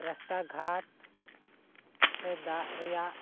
ᱨᱟᱥᱛᱟ ᱜᱷᱟᱴ ᱥᱮ ᱫᱟᱜ ᱨᱮᱭᱟᱜ